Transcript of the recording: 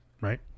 Right